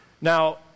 Now